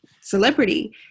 celebrity